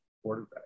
quarterback